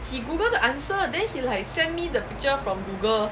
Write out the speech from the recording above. he google the answer then he like send me the picture from google